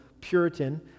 Puritan